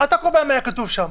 איך יצאו הדפים.